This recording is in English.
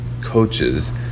coaches